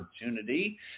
opportunity